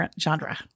genre